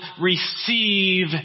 receive